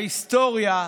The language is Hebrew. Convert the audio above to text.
ההיסטוריה,